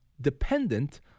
dependent